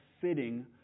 fitting